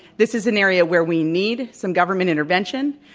this is an area where we need some government intervention.